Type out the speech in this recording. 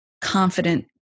confident